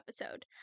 episode